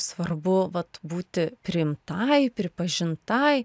svarbu vat būti priimtai pripažintai